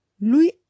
Lui